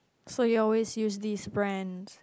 so you always use these brands